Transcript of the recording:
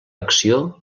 acció